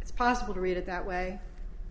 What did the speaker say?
it's possible to read it that way